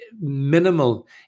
minimal